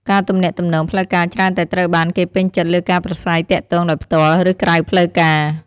ការទំនាក់ទំនងផ្លូវការច្រើនតែត្រូវបានគេពេញចិត្តលើការប្រាស្រ័យទាក់ទងដោយផ្ទាល់ ឬក្រៅផ្លូវការ។